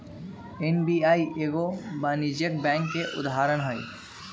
SBI एगो वाणिज्यिक bank के उदाहरण हइ